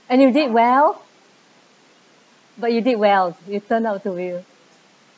and you did well but you did well your turn of the wheel